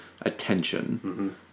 attention